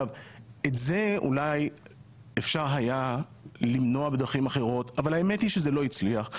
את זה אולי אפשר היה למנוע בדרכים אחרות אבל האמת היא שזה לא הצליח.